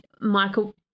michael